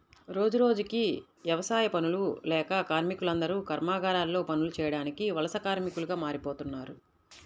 రోజురోజుకీ యవసాయ పనులు లేక కార్మికులందరూ కర్మాగారాల్లో పనులు చేయడానికి వలస కార్మికులుగా మారిపోతన్నారు